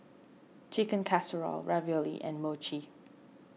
Chicken Casserole Ravioli and Mochi